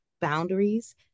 boundaries